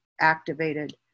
activated